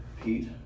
Pete